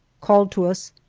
called to us,